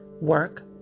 work